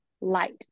light